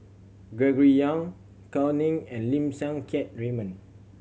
Gregory Yong Gao Ning and Lim Siang Keat Raymond